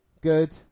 Good